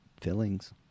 fillings